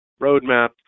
roadmap